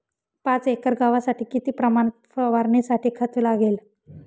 पाच एकर गव्हासाठी किती प्रमाणात फवारणीसाठी खत लागेल?